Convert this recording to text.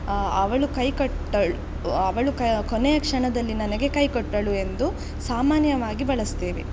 ಅವಳು ಕೈ ಕಟ್ಟಳ್ ಅವಳು ಕೊನೆಯ ಕ್ಷಣದಲ್ಲಿ ನನಗೆ ಕೈ ಕೊಟ್ಟಳು ಎಂದು ಸಾಮಾನ್ಯವಾಗಿ ಬಳಸ್ತೇವೆ